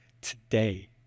today